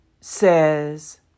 says